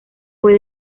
fue